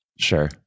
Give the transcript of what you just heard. sure